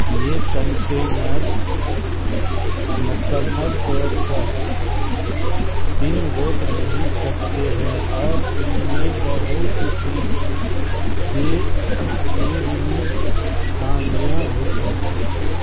یہ کنٹینر مکمل طور پر پن روک نہیں سکتے ہیں اور ان میں بہت سی بے بیرونی خامیاں ہوتی ہے